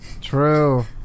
True